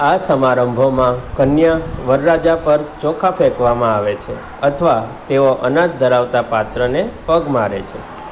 આ સમારંભોમાં કન્યા વરરાજા પર ચોખા ફેંકવામાં આવે છે અથવા તેઓ અનાજ ધરાવતા પાત્રને પગ મારે છે